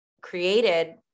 created